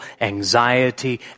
anxiety